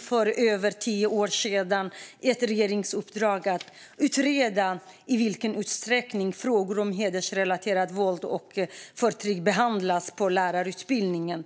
för över tio år sedan fick ett regeringsuppdrag att utreda i vilken utsträckning frågor om hedersrelaterat våld och förtryck behandlas på lärarutbildningarna.